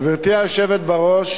גברתי היושבת בראש,